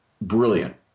brilliant